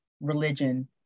religion